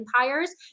empires